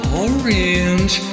orange